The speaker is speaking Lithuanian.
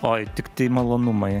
oi tiktai malonumai